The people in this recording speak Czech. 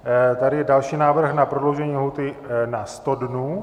Je tady další návrh na prodloužení lhůty na 100 dnů.